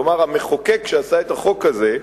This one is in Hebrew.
כלומר, המחוקק שעשה את החוק הזה,